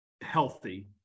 healthy